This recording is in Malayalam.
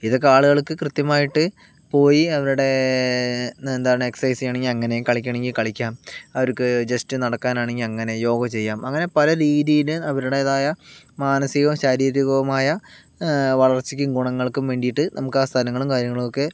ഇതൊക്കെ ആളുകൾക്ക് കൃത്യമായിട്ട് പോയി അവരുടെ എന്താണ് എക്സർസൈസ് ചെയ്യണങ്കിൽ അങ്ങനെ കളിക്കുകയാണെങ്കിൽ കളിക്കാം അവർക്ക് ജസ്റ്റ് നടക്കാനാണെങ്കിൽ അങ്ങനെ യോഗ ചെയ്യാം അങ്ങനെ പല രീതിയിൽ അവരുടേതായ മാനസികവും ശാരീരികവുമായ വളർച്ചക്ക് ഗുണങ്ങൾക്കും വേണ്ടിയിട്ട് നമുക്ക് ആ സ്ഥലങ്ങളും കാര്യങ്ങളും ഒക്കെ